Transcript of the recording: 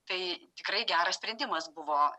tai tikrai geras sprendimas buvo